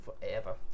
forever